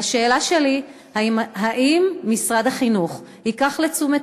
והשאלה שלי: האם משרד החינוך ייקח לתשומת